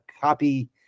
copy